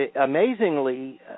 amazingly